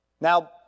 Now